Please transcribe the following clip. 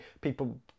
people